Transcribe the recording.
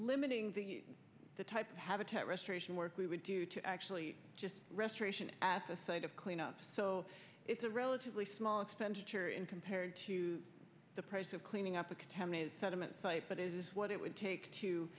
limiting the type of habitat restoration work we would do to actually just restoration at the site of cleanup so it's a relatively small expenditure in compared to the price of cleaning up the contaminated sediment but is this what it would take to